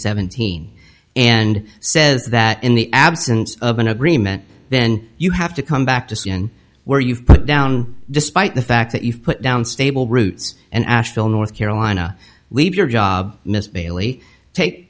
seventh teen and says that in the absence of an agreement then you have to come back to c n n where you've put down despite the fact that you've put down stable roots and asheville north carolina leave your job miss bailey take